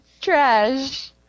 trash